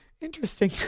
Interesting